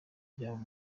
byaba